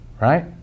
Right